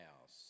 House